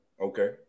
okay